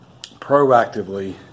proactively